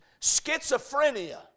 schizophrenia